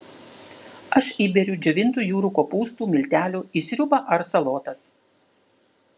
aš įberiu džiovintų jūrų kopūstų miltelių į sriubą ar salotas